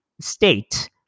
state-